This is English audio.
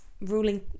ruling